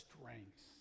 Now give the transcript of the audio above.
strengths